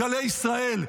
גלי ישראל.